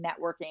networking